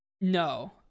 No